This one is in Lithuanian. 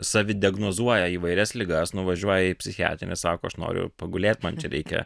savi diagnozuoja įvairias ligas nuvažiuoja į psichiatrinę sako aš noriu pagulėt man čia reikia